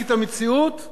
והכול לדבר אחד,